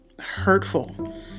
hurtful